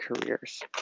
careers